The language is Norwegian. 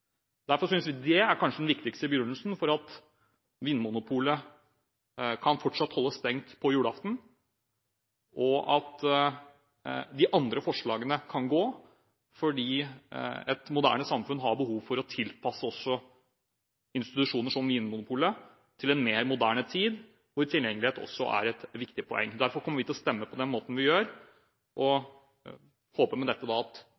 er den viktigste begrunnelsen for at Vinmonopolet fortsatt kan holde stengt på julaften, men at de andre forslagene kan gå fordi et moderne samfunn har behov for å tilpasse også institusjoner som Vinmonopolet til en mer moderne tid, hvor tilgjengelighet er et viktig poeng. Derfor kommer vi til å stemme på den måten vi gjør, og håper med dette at